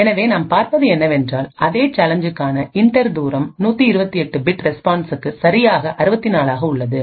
எனவே நாம் பார்ப்பது என்னவென்றால் அதே சேலஞ்ச்சுக்கான இன்டர் தூரம் 128 பிட் ரெஸ்பான்ஸ்சுக்கு சராசரியாக 64 ஆக உள்ளது